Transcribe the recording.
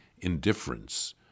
indifference